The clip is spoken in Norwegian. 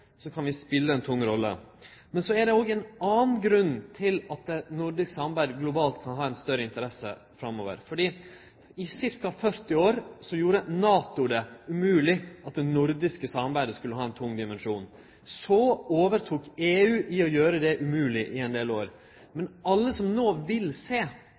så er det òg ein annan grunn til at nordisk samarbeid globalt kan ha større interesse framover. For i ca. 40 år gjorde NATO det umogleg at det nordiske samarbeidet skulle ha ein tung dimensjon. Så overtok EU i å gjere det umogleg i ein del år. Men alle som no vil